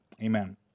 amen